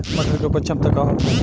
मटर के उपज क्षमता का होखे?